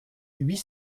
huit